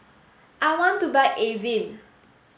I want to buy Avene